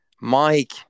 Mike